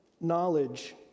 knowledge